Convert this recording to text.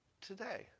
Today